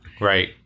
Right